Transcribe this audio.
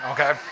Okay